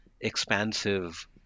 expansive